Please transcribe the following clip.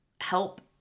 help